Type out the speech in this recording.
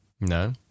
No